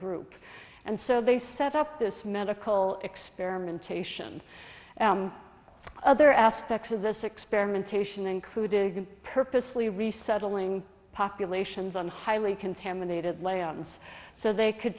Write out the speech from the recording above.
group and so they set up this medical experimentation other aspects of this experimentation including purposely resettling populations on highly contaminated layout and so they c